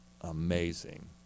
amazing